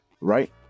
right